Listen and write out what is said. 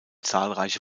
zahlreiche